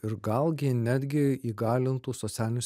ir gal gi netgi įgalintų socialinius